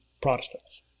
Protestants